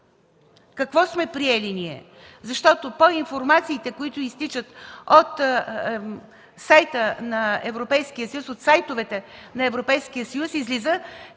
Какво сме приели ние? Защото по информациите, които изтичат от сайтовете на Европейския